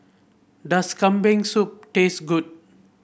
does Kambing Soup taste good